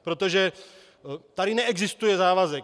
Protože tady neexistuje závazek.